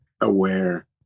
aware